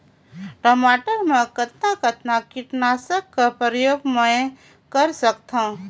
टमाटर म कतना कतना कीटनाशक कर प्रयोग मै कर सकथव?